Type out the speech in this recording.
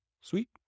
Sweet